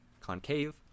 concave